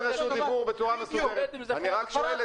בסוף אתה בא עם